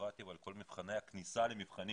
הבירוקרטיה ועל כל מבחני הכניסה למבחנים.